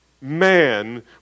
man